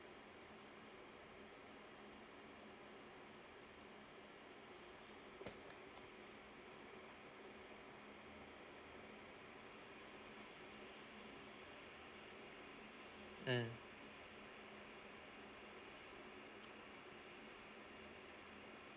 mm